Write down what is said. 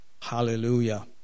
Hallelujah